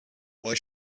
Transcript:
why